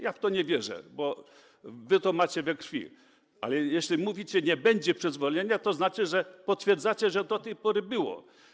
Ja w to nie wierzę, bo wy to macie we krwi, ale jeśli mówicie: nie będzie przyzwolenia, to znaczy, że potwierdzacie, że do tej pory było.